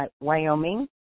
Wyoming